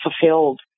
fulfilled